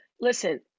listen